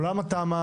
על עולם התמ"א.